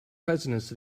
presidents